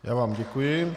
Já vám děkuji.